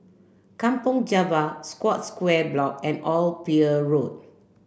Kampong Java Scotts Square Block and Old Pier Road